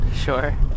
Sure